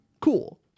Cool